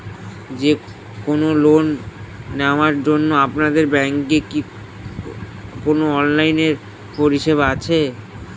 যে কোন লোন নেওয়ার জন্য আপনাদের ব্যাঙ্কের কি কোন অনলাইনে পরিষেবা আছে?